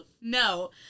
no